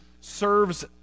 serves